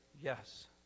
yes